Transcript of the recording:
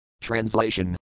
Translation